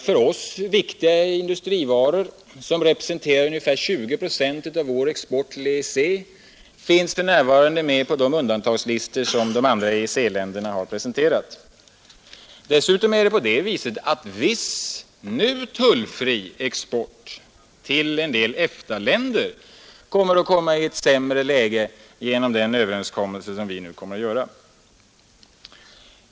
För oss viktiga industrivaror, som representerar ungefär 20 procent av vår export till EEC, finns för närvarande med på de undantagslistor som EEC-länderna har presenterat. Dessutom kommer viss för närvarande tullfri export till en del EFTA-länder att hamna i ett sämre läge genom den överenskommelse som vi nu skall träffa.